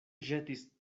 ĵetis